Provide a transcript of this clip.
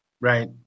Right